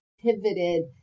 pivoted